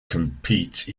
compete